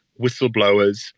whistleblowers